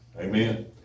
Amen